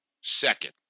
second